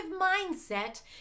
mindset